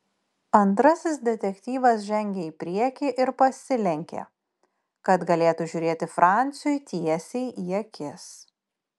antrasis detektyvas žengė į priekį ir pasilenkė kad galėtų žiūrėti franciui tiesiai į akis